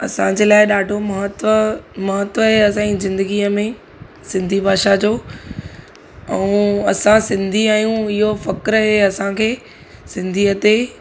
असांजे लाइ ॾाढो महत्त्व महत्त्व ऐं असांजी ज़िंदगीअ में सिंधी भाषा जो ऐं असां सिंधी आहियूं इहो फ़ख़ुरु ऐं असांखे सिंधीअ ते